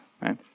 right